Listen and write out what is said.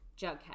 Jughead